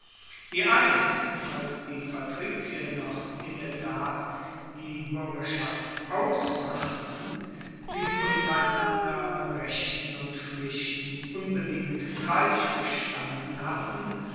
wie einst als die patrizier noch in der tat die buergerschaft ausmachten sie untereinander an rechten und pflichten unbedingt gleichgestanden hatten